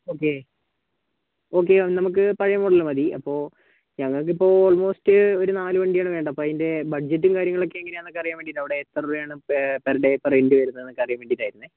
okay ഒക്കെ നമുക്ക് പഴയ മോഡല് മതി അപ്പോൾ ഞങ്ങൾക്കിപ്പോൾ ഓൾ മോസ്റ്റ് ഒരു നാല് വണ്ടിയാണ് വേണ്ടത് അപ്പം അതിൻ്റെ ബഡ്ജറ്റും കാര്യങ്ങളൊക്കെ എങ്ങനെയാന്നൊക്കെ അറിയാൻ വേണ്ടി അവിടെ എത്ര രൂപയാണ് പെർ ഡേ റെൻറ്റ് വരുന്നതെന്ന് അറിയാൻ വേണ്ടീട്ടായിരുന്നു